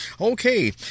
Okay